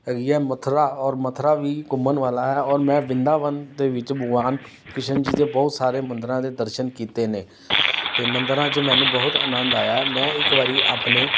ਹੈਗੀ ਹੈ ਮਥੁਰਾ ਔਰ ਮਥੁਰਾ ਵੀ ਘੁੰਮਣ ਵਾਲਾ ਹੈ ਔਰ ਮੈਂ ਵ੍ਰਿੰਦਾਵਨ ਦੇ ਵਿੱਚ ਭਗਵਾਨ ਕ੍ਰਿਸ਼ਨ ਜੀ ਦੇ ਬਹੁਤ ਸਾਰੇ ਮੰਦਰਾਂ ਦੇ ਦਰਸ਼ਨ ਕੀਤੇ ਨੇ ਅਤੇ ਮੰਦਰਾਂ 'ਚ ਮੈਨੂੰ ਬਹੁਤ ਆਨੰਦ ਆਇਆ ਮੈਂ ਇੱਕ ਵਾਰੀ ਆਪਣੇ